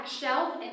shelf